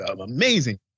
amazing